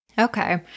Okay